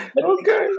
Okay